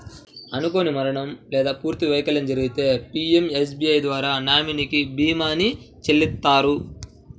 అనుకోని మరణం లేదా పూర్తి వైకల్యం జరిగితే పీయంఎస్బీఐ ద్వారా నామినీకి భీమాని చెల్లిత్తారు